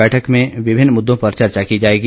बैठक में विभिन्न मुद्दों पर चर्चा की जाएगी